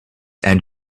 end